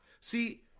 See